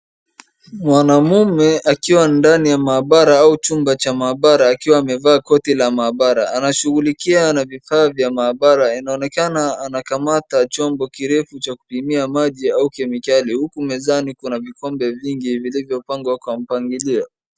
Mwanamume akiwa ndani ya maabara au chumba cha maabara, akiwa amevaa koti la maabara. Anashughulikia na vifaa vya maabara inaonekana anakamata chombo kirefu cha kupimia maji au kemikali huku mezani kuna vikombe vingi vilivyopangwa kwa mpangilio.